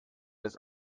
des